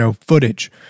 footage